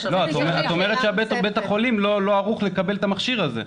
את אומרת שבית החולים לא ערוך לקבל את המכשיר הזה.